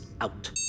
out